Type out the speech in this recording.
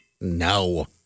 no